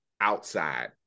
Outside